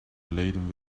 laden